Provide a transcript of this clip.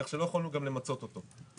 כך שלא יכולנו גם למצות אותו,